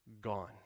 gone